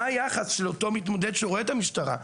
מהו היחס של אותו מתמודד שרואה את המשטרה?